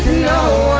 know